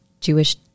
Jewish